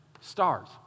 stars